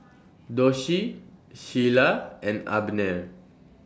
Doshie Sheilah and Abner